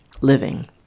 living